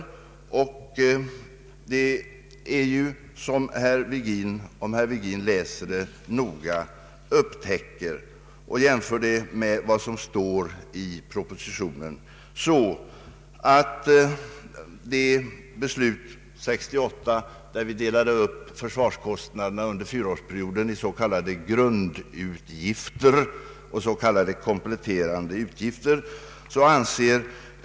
Som herr Virgin upptäcker om han läser det noga och jämför med vad som står i propositionen är det så att vi i 1968 års beslut delade upp försvarskostnaderna under fyraårsperioden i s.k. grundutgifter och s.k. kompletterande utgifter.